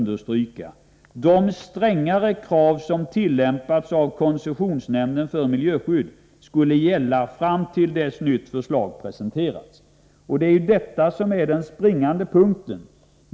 De strängare krav som tillämpas av koncessionsnämnden för miljöskydd — det är väsentligt att understryka detta — skulle gälla fram till dess nytt förslag presenterats. Det är detta som är den springande punkten.